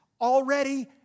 already